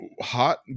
hot